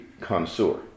connoisseur